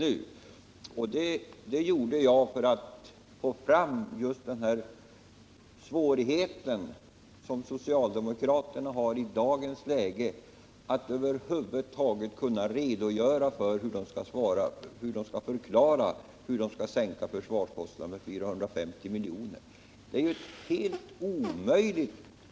Jag gjorde detta påpekande för att visa svårigheterna för socialdemokraterna att i dagens läge förklara hur de vill sänka försvarskostnaderna med 450 miljoner. Detta förslag från deras håll är helt omöjligt.